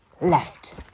left